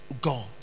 God